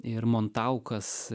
ir montaukas